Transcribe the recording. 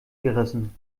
gerissen